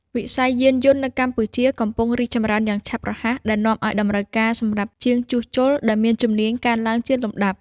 វិស័យយានយន្តនៅកម្ពុជាកំពុងរីកចម្រើនយ៉ាងឆាប់រហ័សដែលនាំឱ្យតម្រូវការសម្រាប់ជាងជួសជុលដែលមានជំនាញកើនឡើងជាលំដាប់។